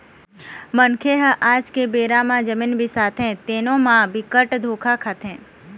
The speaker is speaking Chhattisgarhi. मनखे ह आज के बेरा म जमीन बिसाथे तेनो म बिकट धोखा खाथे